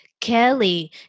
Kelly